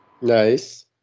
Nice